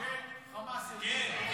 כן, חמאס ארגון טרור.